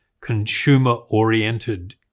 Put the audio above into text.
consumer-oriented